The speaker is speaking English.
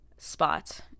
spot